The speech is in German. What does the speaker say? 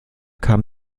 kam